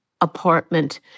apartment